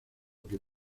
que